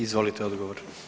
Izvolite odgovor.